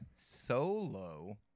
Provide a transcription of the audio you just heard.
Solo